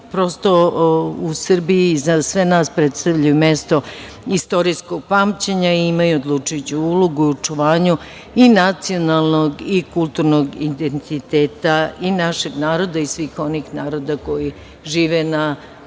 prosto u Srbiji prosto predstavljaju mesto istorijskog pamćenja i imaju odlučujuću ulogu u očuvanju i nacionalnog i kulturnog identiteta i našeg naroda i svih onih naroda koji žive na